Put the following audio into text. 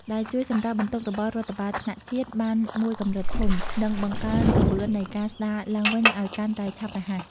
ដែលជួយសម្រាលបន្ទុករបស់រដ្ឋបាលថ្នាក់ជាតិបានមួយកម្រិតធំ និងបង្កើនល្បឿននៃការស្ដារឡើងវិញឱ្យកាន់តែឆាប់រហ័ស។